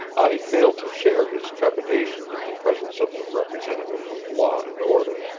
i failed to share his trepidation in the presence of the representative of law and order,